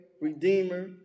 redeemer